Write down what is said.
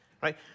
right